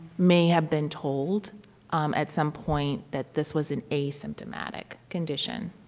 may have been told um at some point that this was an asymptomatic condition.